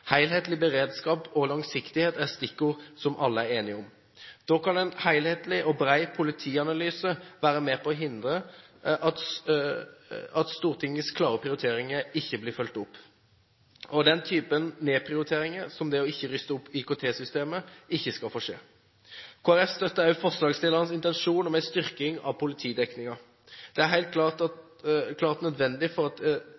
beredskap» og «langsiktighet» er stikkord som alle er enige om. En helhetlig og bred politianalyse kan være med på å hindre at Stortingets klare prioriteringer ikke blir fulgt opp, og at den typen nedprioriteringer som det er ikke å ruste opp IKT-systemet, ikke får skje. Kristelig Folkeparti støtter også forslagsstillernes intensjon om en styrking av politidekningen. Det er helt klart nødvendig for at